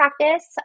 practice